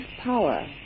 power